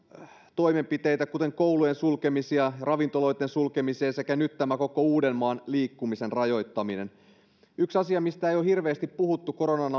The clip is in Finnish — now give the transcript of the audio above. toimenpiteitä kuten koulujen sulkemisia ravintoloitten sulkemisia sekä nyt tämä koko uudenmaan liikkumisen rajoittaminen yksi asia mistä ei ole hirveästi puhuttu koronan